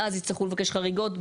ואז יצטרכו לבקש חריגות.